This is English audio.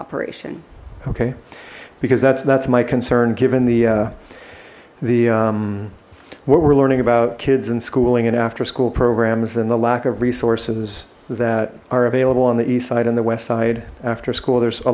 operation okay because that's that's my concern given the the what we're learning about kids and schooling and after school programs and the lack of resources that are available on the east side and the west side after school there's a